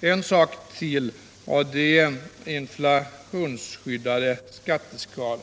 Det andra jag vill ta upp gäller inflationsskyddade skatteskalor.